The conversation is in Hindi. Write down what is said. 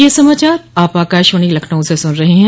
ब्रे क यह समाचार आप आकाशवाणी लखनऊ से सुन रहे हैं